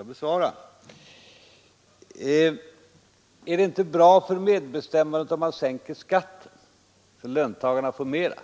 För det första: Är det inte bra för medbestämmandet om man sänker skatten så att löntagarna får mera?